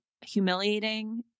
humiliating